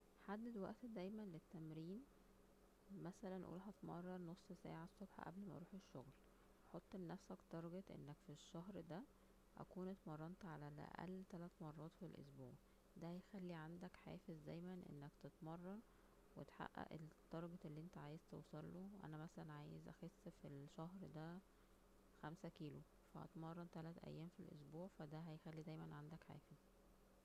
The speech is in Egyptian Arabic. حدد وقت دايما للتمرين ,مثلا قول هتمرن نص ساعة الصبح قبل ما اروح الشغل, حط لنفسك تارجت انك فى الشهر اكون اتمرنت على الاقل تلات مرات فى الاسبوع ,دا هيخلى عندك حافزدايما اتك تتمرن وتحقق التارجت اللى انت عايز توصله, انا مثلا عايز اخس فى الشهر دا خمسة كيلو, فهتمرن تلات ايام فى الاسبوع فا دا هيخلى دايما عندك حافز